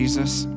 Jesus